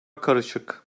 karışık